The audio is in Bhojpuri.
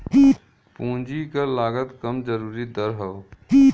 पूंजी क लागत कम जरूरी दर हौ